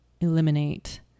eliminate